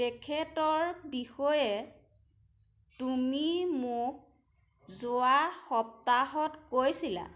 তেখেতৰ বিষয়ে তুমি মোক যোৱা সপ্তাহত কৈছিলা